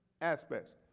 aspects